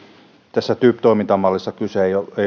tässä typ toimintamallissa kyse ei